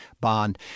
bond